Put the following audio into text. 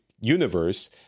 universe